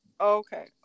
okay